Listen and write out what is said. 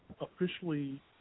officially